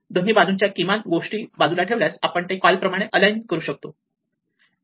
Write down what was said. दोन्ही बाजूंच्या किमान गोष्टी बाजूला ठेवल्यास आपण ते कॉल प्रमाणे अलाईन करू शकतो